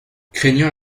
craignant